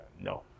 no